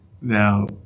Now